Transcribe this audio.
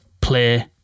play